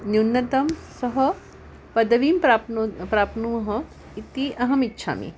न्यूनतं सह पदवीं प्राप्नु प्राप्नुमः इति अहमिच्छामि